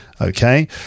Okay